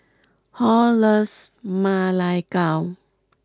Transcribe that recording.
Hall loves Ma Lai Gao